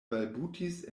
balbutis